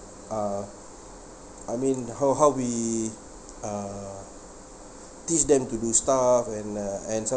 uh I mean how how we uh teach them to do stuff and uh and sometime